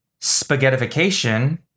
spaghettification